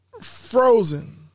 Frozen